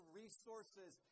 resources